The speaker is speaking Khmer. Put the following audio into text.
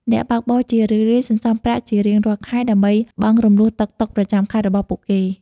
អ្នកបើកបរជារឿយៗសន្សំប្រាក់ជារៀងរាល់ខែ ដើម្បីបង់រំលស់តុកតុកប្រចាំខែរបស់ពួកគេ។